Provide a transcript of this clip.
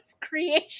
creation